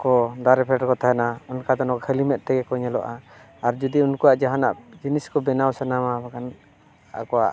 ᱠᱚ ᱫᱟᱨᱮ ᱯᱷᱮᱰ ᱨᱮᱠᱚ ᱛᱟᱦᱮᱱᱟ ᱚᱱᱠᱟ ᱫᱚ ᱱᱟᱦᱟᱜ ᱠᱷᱟᱹᱞᱤ ᱢᱮᱫ ᱛᱮᱜᱮ ᱠᱚ ᱧᱮᱞᱚᱜᱼᱟ ᱟᱨ ᱡᱩᱫᱤ ᱩᱱᱠᱩᱣᱟᱜ ᱡᱟᱦᱟᱱᱟᱜ ᱡᱤᱱᱤᱥ ᱠᱚ ᱵᱮᱱᱟᱣ ᱥᱟᱱᱟᱣᱟ ᱟᱠᱚᱣᱟᱜ